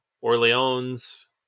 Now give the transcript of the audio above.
Orleans